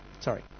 Sorry